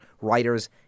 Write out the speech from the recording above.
writers